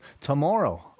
tomorrow